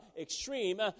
extreme